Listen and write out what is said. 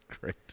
great